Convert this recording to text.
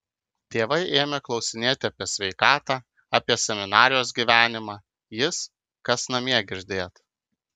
tėvai ėmė klausinėti apie sveikatą apie seminarijos gyvenimą jis kas namie girdėt